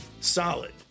solid